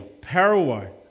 Paraguay